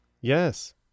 Yes